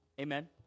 Amen